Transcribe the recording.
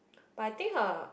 but I think her